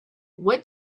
what